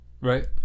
Right